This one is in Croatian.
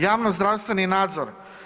Javnozdravstveni nadzor.